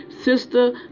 sister